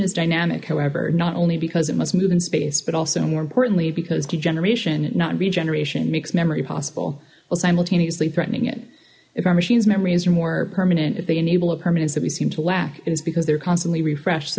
is dynamic however not only because it must move in space but also more importantly because degeneration not regeneration makes memory possible while simultaneously threatening it if our machines memories are more permanent if they enable a permanence that we seem to lack it is because they're constantly refreshed